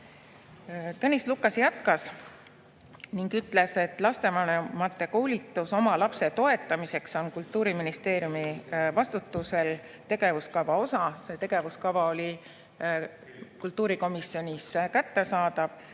Tõnis Lukas jätkas ning ütles, et lapsevanemate koolitus oma lapse toetamiseks on Kultuuriministeeriumi vastutusel tegevuskava osa. See tegevuskava oli kultuurikomisjonis kättesaadav.